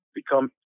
become